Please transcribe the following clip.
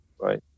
right